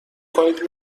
کنید